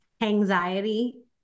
anxiety